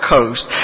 Coast